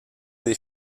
des